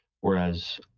Whereas